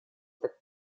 это